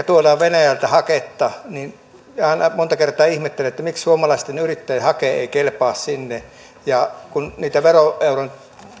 tuodaan venäjältä haketta niin aina monta kertaa ihmettelen miksi suomalaisten yrittäjien hake ei kelpaa sinne ja kun niitä veroeuroin